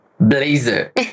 Blazer